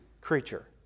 creature